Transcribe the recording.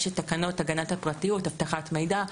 יש את תקנות הגנת הפרטיות (אבטחת מידע).